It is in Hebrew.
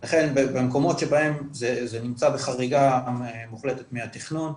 לכן, במקומות שבהם זה נמצא בחריגה מוחלטת מהתכנון,